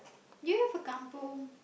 do you have a kampung